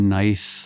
nice